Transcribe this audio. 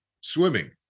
swimming